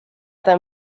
them